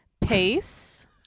Pace